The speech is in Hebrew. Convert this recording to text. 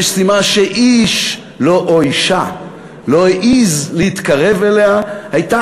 המשימה שאיש או אישה לא העזו להתקרב אליה הייתה